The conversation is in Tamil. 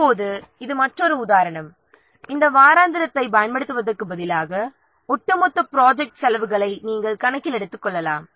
இப்போது இது மற்றொரு உதாரணம் இந்த வாராந்திரத்தைப் பயன்படுத்துவதற்குப் பதிலாக ஒட்டுமொத்த ப்ராஜெக்ட் செலவுகளை நாம் கணக்கில் எடுத்துக்கொள்ளலாம்